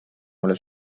mulle